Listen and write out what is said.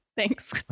Thanks